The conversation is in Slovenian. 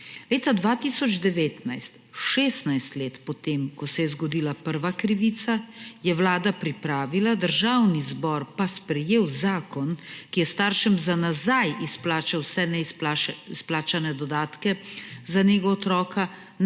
Leta 2019, 16 let po tem, ko se je zgodila prva krivica, je Vlada pripravila, Državni zbor pa sprejel zakon, ki je staršem za nazaj izplačal vse neizplačane dodatke za nego otroka,